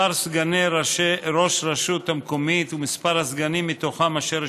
מספר סגני ראש הרשות המקומית ומספר הסגנים מתוכם אשר